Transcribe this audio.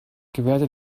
gewährte